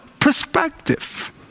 perspective